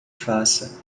faça